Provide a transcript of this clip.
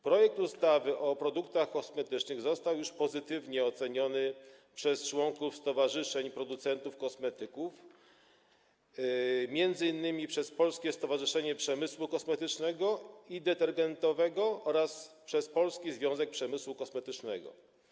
Projekt ustawy o produktach kosmetycznych został już pozytywnie oceniony przez członków stowarzyszeń producentów kosmetyków, m.in. przez Polskie Stowarzyszenie Przemysłu Kosmetycznego i Detergentowego oraz przez Polski Związek Przemysłu Kosmetycznego.